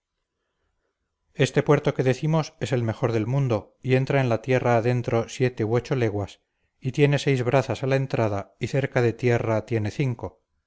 este puerto que decimos es el mejor del mundo y entra en la tierra adentro siete u ocho leguas y tiene seis brazas a la entrada y cerca de tierra tiene cinco